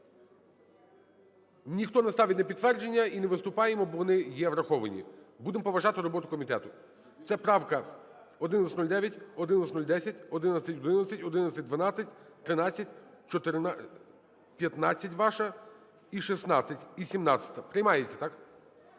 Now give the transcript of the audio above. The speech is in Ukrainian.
Ніхто не ставить на підтвердження і не виступає, бо вони є враховані. Будемо поважати роботу комітету. Це правки: 1109, 1110, 1111, 1112, 13, 15 ваша, і 16, і 17-а. Приймається, так?